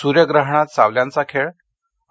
सूर्यग्रहणात सावल्यांचा खेळ आणि